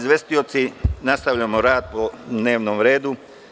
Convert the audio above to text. Nastavljamo rad po dnevnom redu.